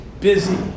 busy